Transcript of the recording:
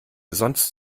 sonst